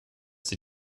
die